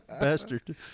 bastard